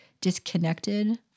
disconnected